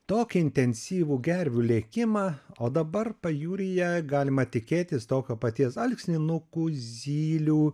tokį intensyvų gervių lėkimą o dabar pajūryje galima tikėtis tokio paties alksninukų zylių